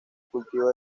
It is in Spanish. cultivo